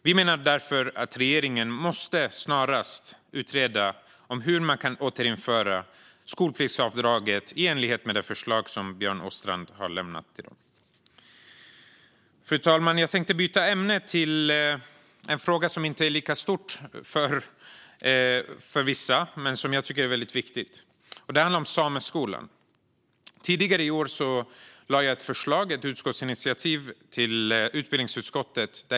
Vi menar därför att regeringen snarast måste utreda hur man kan återinföra skolpliktsavdraget i enlighet med det förslag som Björn Åstrand har lämnat. Fru talman! Jag tänkte byta ämne och ta upp en fråga som inte är lika stor för vissa. Men jag tycker att den är väldigt viktig. Det handlar om sameskolan. Tidigare i år lade jag fram ett förslag, ett utskottsinitiativ till utbildningsutskottet.